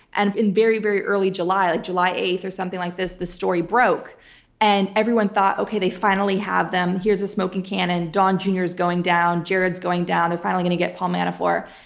and in very, very early july, like july eighth or something like this, the story broke and everyone thought, okay, they finally have them, here's the smoking canon, don jr. is going down, jared's going down, they're finally going to get paul manafort.